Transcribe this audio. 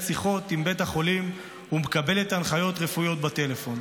שיחות עם בית החולים ומקבלת הנחיות רפואיות בטלפון.